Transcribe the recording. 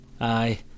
Aye